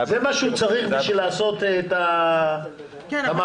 זה מה שהוא צריך בשביל לעשות את ה- -- כשאתה